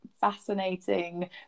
fascinating